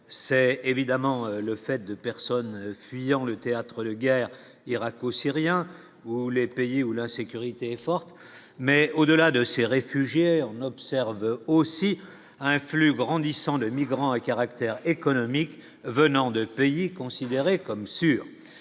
c'est évidemment le fait de personnes fuyant le théâtre de guerre irako-syrien ou les pays où l'insécurité est forte, mais au-delà de ces réfugiés, on observe aussi à un flux grandissant de migrants à caractère économique venant de pays considérés comme sûrs,